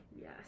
Yes